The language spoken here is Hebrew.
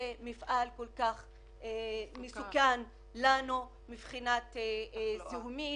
זה מפעל שכל כך מסוכן לנו מבחינה זיהומית